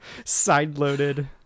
Sideloaded